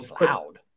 loud